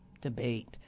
debate